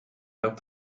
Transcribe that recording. loopt